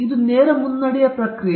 ಇದು ನೇರ ಮುನ್ನಡೆಯ ಪ್ರಕ್ರಿಯೆ